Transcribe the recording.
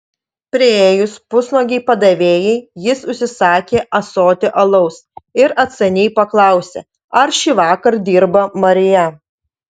priėjus pusnuogei padavėjai jis užsisakė ąsotį alaus ir atsainiai paklausė ar šįvakar dirba marija